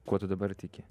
kuo tu dabar tiki